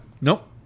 Nope